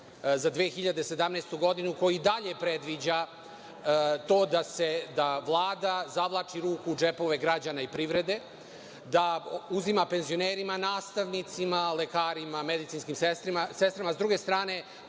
za 2017. godinu koji i dalje predviđa to da Vlada zavlači ruku u džepove građana i privrede, da uzima penzionerima, nastavnicima, lekarima, medicinskim sestrama, s druge strane